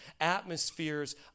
atmospheres